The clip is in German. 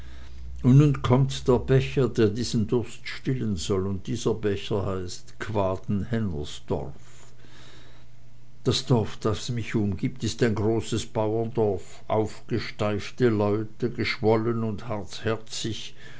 und nun kommt der becher der diesen durst stillen soll und dieser becher heißt quaden hennersdorf das dorf das mich umgibt ist ein großes bauerndorf aufgesteifte leute geschwollen und